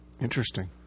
Interesting